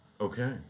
Okay